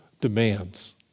demands